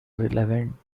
relevant